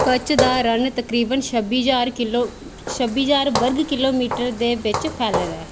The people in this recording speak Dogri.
कच्च दा रण तकरीबन छब्बी ज्हार किलो छब्बी ज्हार वर्ग किल्लोमीटर दे बिच्च फैले दा ऐ